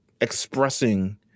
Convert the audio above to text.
expressing